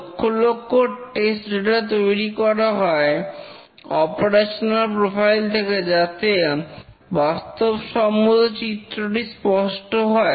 লক্ষ lakh test data তৈরি করা হয় অপারেশনাল প্রোফাইল থেকে যাতে বাস্তবসম্মত চিত্রটি স্পষ্ট হয়